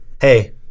hey